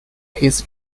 his